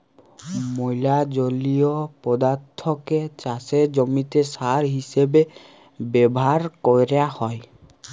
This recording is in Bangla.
ম্যালা জলীয় পদাথ্থকে চাষের জমিতে সার হিসেবে ব্যাভার ক্যরা হ্যয়